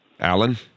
Alan